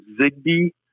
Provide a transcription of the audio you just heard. Zigbee